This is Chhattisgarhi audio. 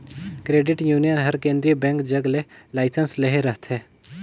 क्रेडिट यूनियन हर केंद्रीय बेंक जग ले लाइसेंस लेहे रहथे